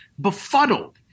befuddled